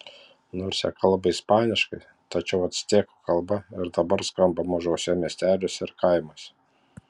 nors jie kalba ispaniškai tačiau actekų kalba ir dabar skamba mažuose miesteliuose ir kaimuose